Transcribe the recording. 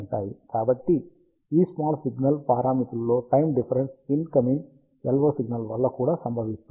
కాబట్టి ఈ small signal పారామితులలో time difference in coming LO signal వల్ల కూడా సంభవిస్తుంది